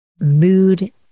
mood